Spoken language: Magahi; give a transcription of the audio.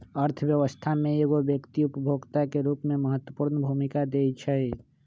अर्थव्यवस्था में एगो व्यक्ति उपभोक्ता के रूप में महत्वपूर्ण भूमिका दैइ छइ